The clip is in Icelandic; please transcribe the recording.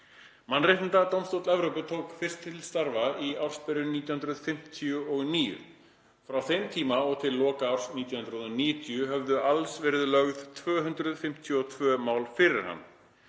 Mannréttindadómstóll Evrópu tók fyrst til starfa í ársbyrjun 1959. Frá þeim tíma og til loka árs 1990 höfðu alls verið lögð 252 mál fyrir hann.